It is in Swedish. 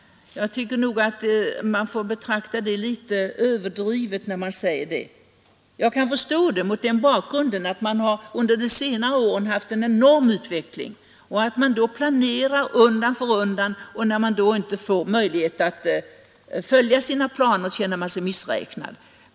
Jag tycker att det talet är en smula överdrivet. Men jag kan förstå det mot den bakgrunden att man under senare år har kunnat glädja sig åt en enorm utveckling. Då har man givetvis planerat mycket, och när man sedan inte får några möjligheter att fullfölja sina planer känner man sig missräknad.